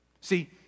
See